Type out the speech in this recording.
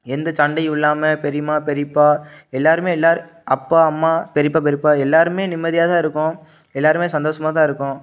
எந்த சண்டையும் இல்லாமல் பெரியம்மா பெரியப்பா எல்லோருமே எல்லோரும் அப்பா அம்மா பெரியப்பா பெரியப்பா எல்லோருமே நிம்மதியாக தான் இருக்கோம் எல்லோருமே சந்தோஷமாக தான் இருக்கோம்